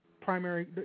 primary